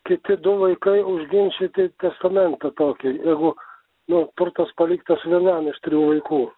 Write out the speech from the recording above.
kiti du vaikai užginčyti testamentą tokį jeigu nu turtas paliktas vienam iš trijų vaikų